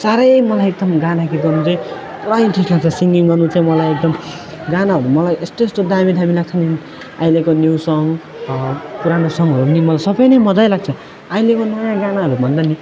साह्रै मलाई एकदम गाना गीत गाउनु चाहिँ पुरा इन्ट्रेस्ट लाग्छ सिङगिङ गर्नु चाहिँ मलाई एकदम गानाहरू मलाई यस्तो यस्तो दामी दामी लाग्छ नि अहिलेको न्यू सङ पुरानो सङहरू पनि मलाई सबै नै मजै लाग्छ अहिलेको नयाँ गानाहरू भन्दा पनि